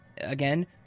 Again